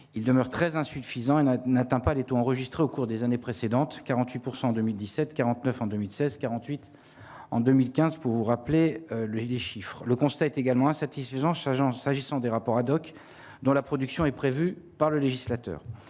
il demeure très insuffisant et n'atteint pas les taux enregistrés au cours des années précédentes 48 pourcent 2017 49 en 2016, 48 en 2015 pour rappeler les chiffres, le constat est également satisfaisant jonchage changeant, s'agissant des rapports ad hoc, dont la production est prévue par le législateur,